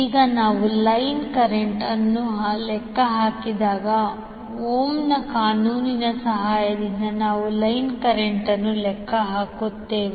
ಈಗ ನಾವು line current ಅನ್ನು ಲೆಕ್ಕ ಹಾಕಿದಾಗ ಓಮ್ನ ಕಾನೂನಿನ ಸಹಾಯದಿಂದ ನಾವು ಲೈನ್ ಕರೆಂಟ್ ಅನ್ನು ಲೆಕ್ಕ ಹಾಕುತ್ತೇವೆ